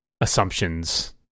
assumptions